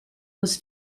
was